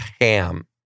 ham